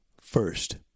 first